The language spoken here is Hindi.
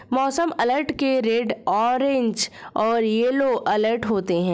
मौसम अलर्ट के रेड ऑरेंज और येलो अलर्ट होते हैं